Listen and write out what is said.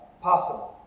possible